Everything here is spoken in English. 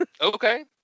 Okay